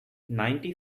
ninety